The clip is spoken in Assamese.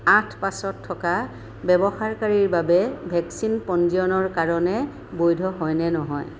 আঠ পাঁচত থকা ব্যৱহাৰকাৰীৰ বাবে ভেকচিন পঞ্জীয়নৰ কাৰণে বৈধ হয় নে নহয়